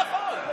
לא נכון.